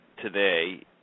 today